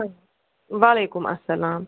وَعلیکُم اَسَلام